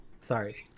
sorry